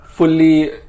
fully